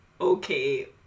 okay